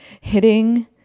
hitting